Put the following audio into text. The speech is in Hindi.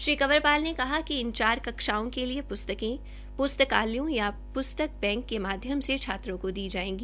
श्री कंवर पाल ने कहा कि इन चार कक्षाओं के लिए पुस्तके पुस्तकालयों या प्स्तक बैंको के माध्यम से दी जायेगी